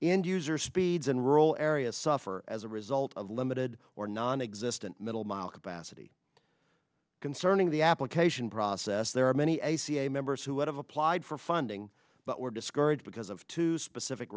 and user speeds in rural areas suffer as a result of limited or nonexistent middlemount capacity concerning the application process there are many a ca members who have applied for funding but were discouraged because of two specific